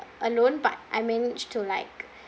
alone but I managed to like